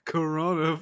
Corona